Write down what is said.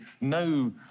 no